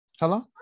Hello